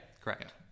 correct